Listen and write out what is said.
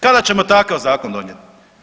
Kada ćemo takav zakon donijeti?